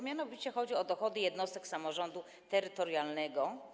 Mianowicie chodzi o dochody jednostek samorządu terytorialnego.